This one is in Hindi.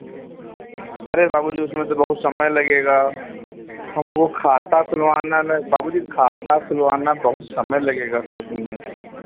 अरे बाबूजी उसमें तो बहुत समय लगेगा हम वो खाता खुलवाना नहीं बाबूजी खाता खुलवाना बहुत समय लगेगा तो उसमें